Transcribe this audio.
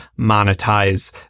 monetize